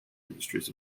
industries